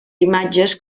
imatges